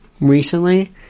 recently